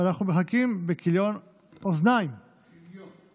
אנחנו מחכים בכילְיון אוזניים, כילָּיון.